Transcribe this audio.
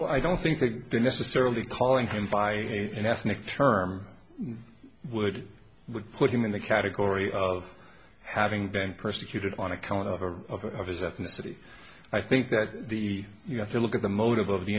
well i don't think they necessarily calling him by an ethnic term would would put him in the category of having been persecuted on account of a of his ethnicity i think that the you have to look at the motive of the